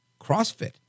CrossFit